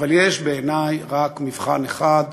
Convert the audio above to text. אבל בעיני יש רק מבחן אחד,